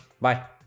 Bye